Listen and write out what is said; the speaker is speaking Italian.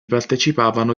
partecipavano